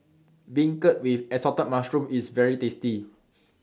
Beancurd with Assorted Mushrooms IS very tasty